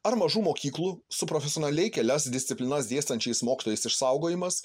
ar mažų mokyklų su profesionaliai kelias disciplinas dėstančiais mokslais išsaugojimas